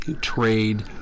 trade